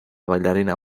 bailarina